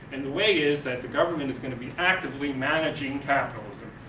and the way is that the government is going to be actively managing capitalism,